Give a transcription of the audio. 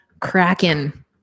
Kraken